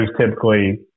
typically